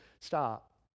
stop